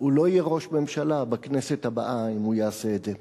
הוא לא יהיה ראש ממשלה בכנסת הבאה אם הוא יעשה את זה.